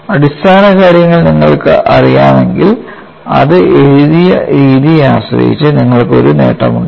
അടിസ്ഥാനകാര്യങ്ങൾ നിങ്ങൾക്കറിയാമെങ്കിൽ അത് എഴുതിയ രീതിയെ ആശ്രയിച്ച് നിങ്ങൾക്ക് ഒരു നേട്ടമുണ്ടാകും